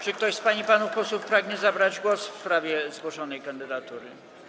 Czy ktoś z pań i panów posłów pragnie zabrać głos w sprawie zgłoszonej kandydatury?